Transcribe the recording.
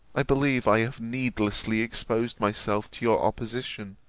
i believe i have needlessly exposed myself to your opposition,